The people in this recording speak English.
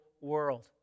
world